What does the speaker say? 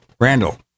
Randall